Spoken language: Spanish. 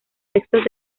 textos